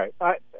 right